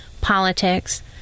politics